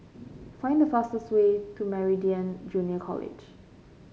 find the fastest way to Meridian Junior College